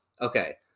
okay